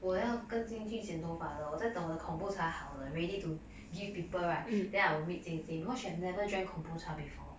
我要跟进去剪头发的我在等我的 kombucha 好了 ready to give people right then I will meet jing jing cause have never drank kombucha before